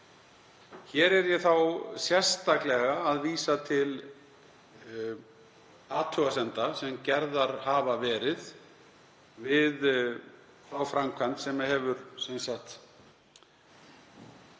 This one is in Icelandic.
Hér er ég sérstaklega að vísa til athugasemda sem gerðar hafa verið við þá framkvæmd sem hefur falið